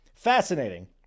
fascinating